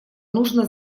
нужно